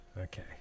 Okay